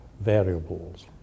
variables